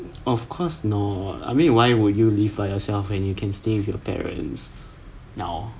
of course no I mean why would you live by yourself when you can stay with your parents now